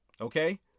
Okay